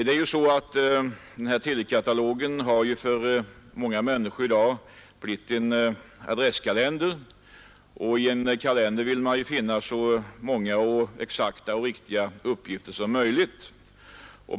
För många människor har telefonkatalogen i dag blivit en adresskalender, och i en sådan kalender vill man ju finna så många fullständiga och exakta uppgifter som möjligt.